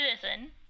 citizen